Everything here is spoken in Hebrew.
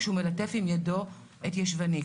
כשהוא מלטף עם ידו את ישבני.